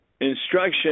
instruction